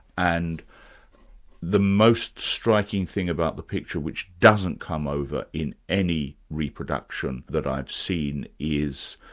and the most striking thing about the picture, which doesn't come over in any reproduction that i've seen, is